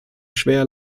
schwer